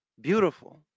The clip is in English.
beautiful